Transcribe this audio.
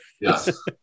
Yes